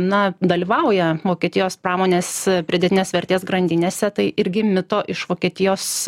na dalyvauja vokietijos pramonės pridėtinės vertės grandinėse tai irgi mito iš vokietijos